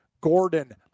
Gordon